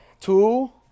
Two